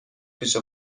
پیش